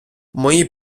мої